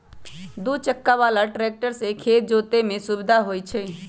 दू चक्का बला ट्रैक्टर से खेत जोतय में सुविधा होई छै